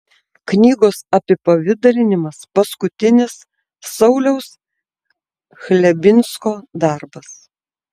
knygos apipavidalinimas paskutinis sauliaus chlebinsko darbas